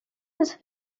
his